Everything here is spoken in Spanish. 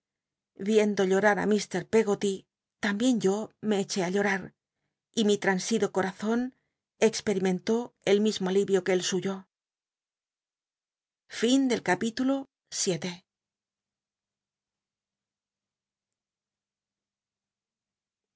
viendo llorar á ljr l cggoly lambien yo me eché i llorar y mi transido corazon experimentó el mismo alivio que el suyo